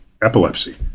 Epilepsy